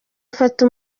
afata